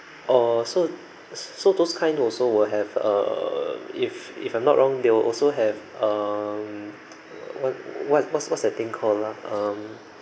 oh so so those kind also will have err if if I'm not wrong they will also have um what what's what's that thing called lah um